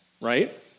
right